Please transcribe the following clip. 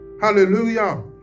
Hallelujah